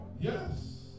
Yes